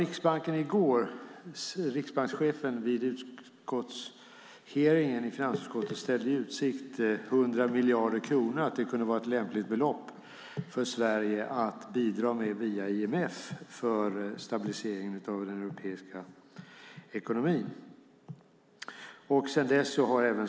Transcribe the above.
Vid hearingen i finansutskottet i går ställde riksbankschefen i utsikt att 100 miljarder kronor kunde vara ett lämpligt belopp för Sverige att bidra med via IMF för stabilisering av den europeiska ekonomin.